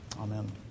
Amen